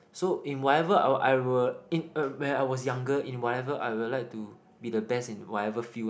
so in whatever I will when I was younger in whatever I will like to be the best in whatever field lah